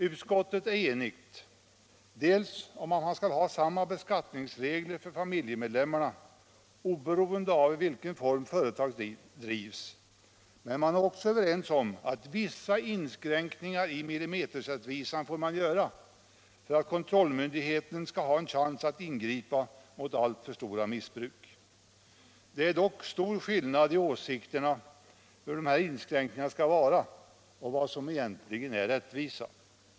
Utskottet är enigt dels om att man skall ha samma beskattningsregler för familjemedlemmarna, oberoende av i vilken form företaget drivs, dels om att vissa inskräkningar i millimeterrättvisan får göras för att kontrollmyndigheten skall ha en chans att ingripa mot alltför stora missbruk. Det är dock stor skillnad i åsikterna om hur de här inskränkningarna skall vara och vad som egentligen är rättvisa.